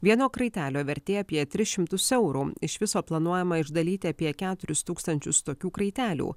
vieno kraitelio vertė apie tris šimtus eurų iš viso planuojama išdalyti apie keturis tūkstančius tokių kraitelių